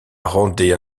rendaient